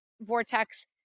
Vortex